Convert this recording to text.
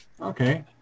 Okay